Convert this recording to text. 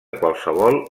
qualsevol